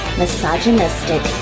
misogynistic